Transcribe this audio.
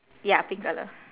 ya pink colour